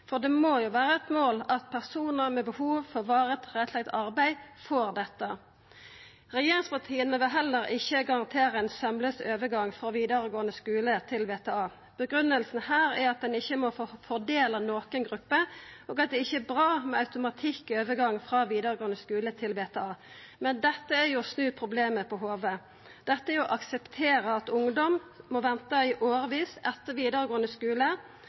for å kunna setja mål for ein opptrappingsplan. Det må jo vera eit mål at personar med behov for varig tilrettelagt arbeid får dette. Regjeringspartia vil heller ikkje garantera ein saumlaus overgang frå vidaregåande skule til VTA. Grunngivinga er at ein ikkje må forfordela nokre grupper, og at det ikkje er bra med automatikk i overgangen frå vidaregåande skule til VTA. Det er å snu problemet på hovudet. Det er å akseptera